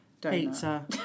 pizza